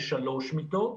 לשלוש מיטות,